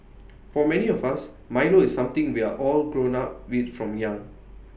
for many of us milo is something we're all grown up with from young